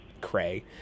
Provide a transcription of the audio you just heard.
cray